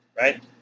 right